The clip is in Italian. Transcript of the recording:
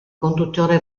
conduttore